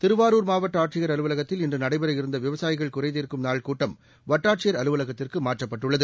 திருவாரூர் மாவட்ட ஆட்சியர் அலுவலகத்தில் இன்று நடைபெறவிருந்த விவசாயிகள் குறைதீர்க்கும் நாள் கூட்டம் வட்டாட்சியர் அலுவலகத்திற்கு மாற்றப்பட்டுள்ளது